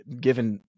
given